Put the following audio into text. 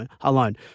alone